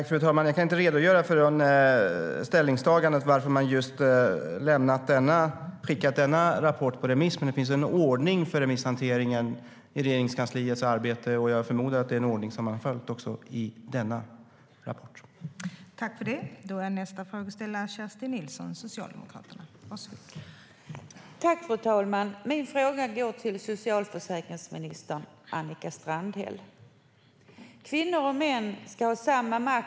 Fru talman! Jag kan inte redogöra för ställningstagandet och varför man just skickat ut denna rapport på remiss. Men det finns en ordning för remisshanteringen i Regeringskansliets arbete, och jag förmodar att det är en ordning som man följt också i fråga om denna rapport.